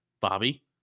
Bobby